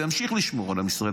וימשיך לשמור על עם ישראל,